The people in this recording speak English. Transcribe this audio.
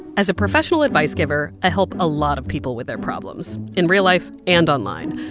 as a professional advice-giver, i help a lot of people with their problems in real life and online.